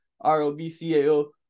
R-O-B-C-A-O